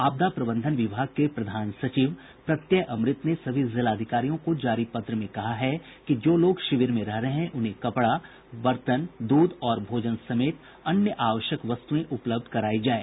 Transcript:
आपदा प्रबंधन विभाग के प्रधान सचिव प्रत्यय अमृत ने सभी जिलाधिकारियों को जारी पत्र में कहा है कि जो लोग शिविर में रह रहे हैं उन्हें कपड़ा बर्तन दूध और भोजन समेत अन्य आवश्यक वस्तुएं उपलब्ध करायी जाये